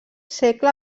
segle